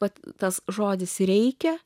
vat tas žodis reikia